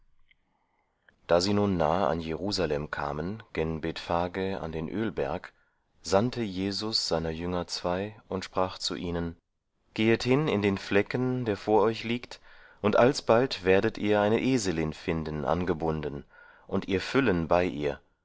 da sie nun nahe an jerusalem kamen gen bethphage an den ölberg sandte jesus seiner jünger zwei und sprach zu ihnen gehet hin in den flecken der vor euch liegt und alsbald werdet ihr eine eselin finden angebunden und ihr füllen bei ihr